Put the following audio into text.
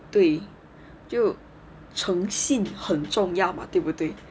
对就诚信很重要嘛对不对